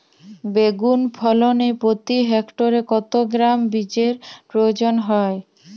বেগুন ফলনে প্রতি হেক্টরে কত গ্রাম বীজের প্রয়োজন হয়?